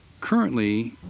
currently